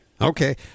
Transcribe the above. Okay